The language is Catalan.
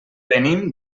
venim